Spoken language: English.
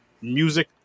music